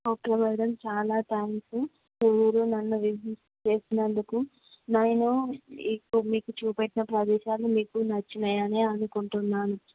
okay madam చాలా thanks మీరు నన్ను విజిట్ చేసినందుకు నేను ఇపుడు మీకు చూపించిన ప్రదేశాలు మీకు నచ్చాయి అని అనుకుంటున్నాను